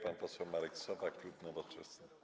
Pan poseł Marek Sowa, klub Nowoczesna.